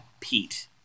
pete